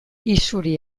isuri